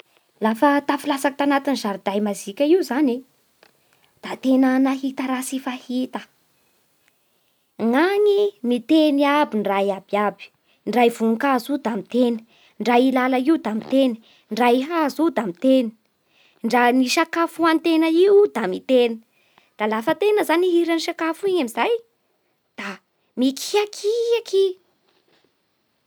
Lafa tafilatsaky tanaty zariday mazika io zany e, da tena nahita raha tsy fahita. Ny any miteny aby ny raha iabiaby, ndra vonikazo io da miteny, ndra io lala io da miteny, ndra i hazo io da miteny, ndra ny sakafo ohanin-tena io da miteny. Da lafa tena zany ihina ny sakafo iny amin'izay ka mikiakiaky.